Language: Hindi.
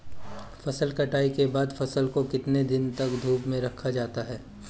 फसल कटाई के बाद फ़सल को कितने दिन तक धूप में रखा जाता है?